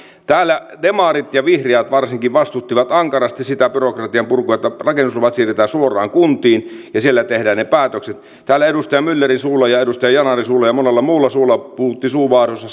täällä demarit ja vihreät varsinkin vastustivat ankarasti sitä byrokratian purkua että rakennusluvat siirretään suoraan kuntiin ja siellä tehdään ne päätökset täällä edustaja myllerin suulla ja edustaja yanarin suulla ja monella muulla suulla puhuttiin suu vaahdossa